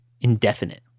indefinite